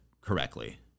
correctly